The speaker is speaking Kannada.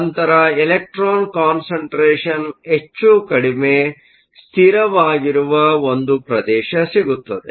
ನಂತರ ಎಲೆಕ್ಟ್ರಾನ್ ಕಾನ್ಸಂಟ್ರೇಷನ್ ಹೆಚ್ಚು ಕಡಿಮೆ ಸ್ಥಿರವಾಗಿರುವ ಒಂದು ಪ್ರದೇಶ ಸಿಗುತ್ತದೆ